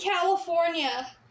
California